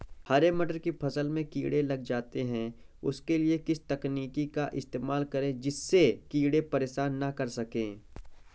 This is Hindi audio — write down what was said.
हरे मटर की फसल में कीड़े लग जाते हैं उसके लिए किस तकनीक का इस्तेमाल करें जिससे कीड़े परेशान ना कर सके?